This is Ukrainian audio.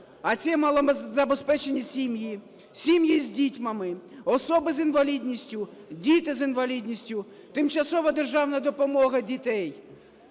А ці малозабезпечені сім'ї, сім'ї з дітьми, особи з інвалідністю, діти з інвалідністю, тимчасова державна допомога дітей